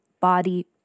body